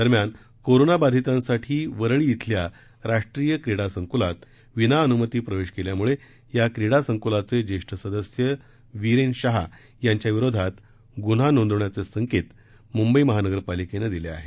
दरम्यान कोरोना बाधितासाठी वरळी इथल्या राष्ट्रीय क्रीडा सक्रियात विना अनुमती प्रवेश केल्यामुळे या क्रीडा सक्रिमाचे ज्येष्ठ सदस्य वीरेन शहा याच्याविरोधात गुन्हा नोंदवण्याचे सक्रि मुद्धि महानगरपालिकेने दिले आहेत